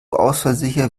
ausfallsicher